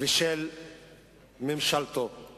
להתנחלויות ולמלחמה ולהתחמשות לרווחת האזרחים,